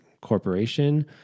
corporation